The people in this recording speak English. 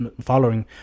following